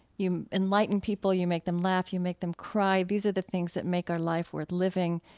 you enlighten people, you make them laugh, you make them cry. these are the things that make our life worth living.